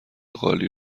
قالی